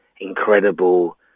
incredible